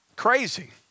crazy